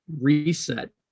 reset